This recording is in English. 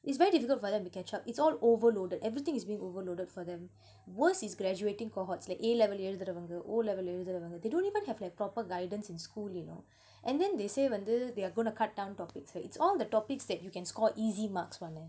it's very difficult for them to catch up it's all overloaded everything is being overloaded for them worst is graduating cohort like A level எழுதறவங்க:elutharavanga O level எழுதறவங்க:elutharavanga they don't even have like proper guidance in school you know and then they say வந்து:vanthu they are gonna cut down topics right it's all the topics that you can score easy marks [one] leh